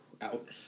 Out